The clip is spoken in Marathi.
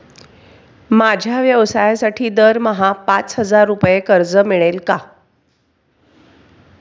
माझ्या व्यवसायासाठी दरमहा पाच हजार रुपये कर्ज मिळेल का?